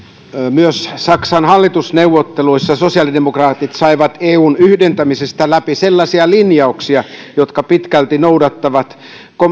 myös saksan hallitusneuvotteluissa sosiaalidemokraatit saivat eun yhdentämisestä läpi sellaisia linjauksia jotka pitkälti noudattavat